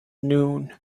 noon